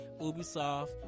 Ubisoft